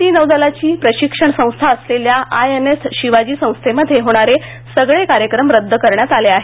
भारतीय नौदलाची प्रशिक्षण संस्था असलेल्या आय एन एस शिवाजी संस्थेमध्ये होणारे सगळे कार्यक्रम रद्द करण्यात आले आहेत